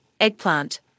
eggplant